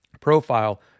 profile